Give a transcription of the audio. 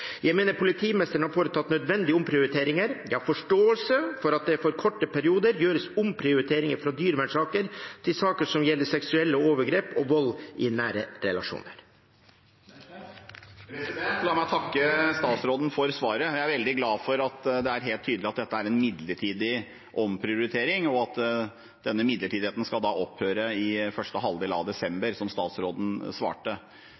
Jeg mener politimesteren har foretatt nødvendige omprioriteringer. Jeg har forståelse for at det for korte perioder gjøres omprioriteringer fra dyrevernsaker til saker som gjelder seksuelle overgrep og vold i nære relasjoner. La meg takke statsråden for svaret. Jeg er veldig glad for at det er helt tydelig at dette er en midlertidig omprioritering, og at denne midlertidigheten skal opphøre i første halvdel av desember, som statsråden svarte.